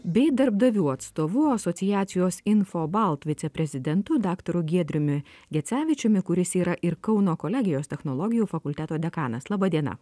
bei darbdavių atstovu asociacijos infobalt viceprezidentu daktaru giedriumi gecevičiumi kuris yra ir kauno kolegijos technologijų fakulteto dekanas laba diena